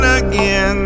again